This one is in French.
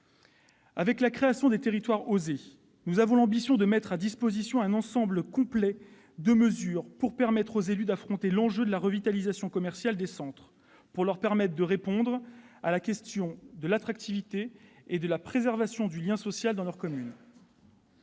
Avec la création des territoires « OSER », nous avons l'ambition de mettre à disposition un ensemble complet de mesures pour permettre aux élus d'affronter l'enjeu de la revitalisation commerciale des centres et de répondre à la question de l'attractivité et de la préservation du lien social dans leurs communes.